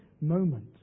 moment